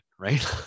right